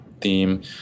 theme